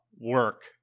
work